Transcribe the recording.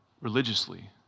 religiously